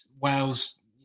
Wales